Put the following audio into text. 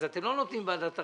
אז אתם לא נותנים ועדת ערר,